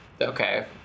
okay